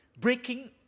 breaking